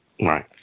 Right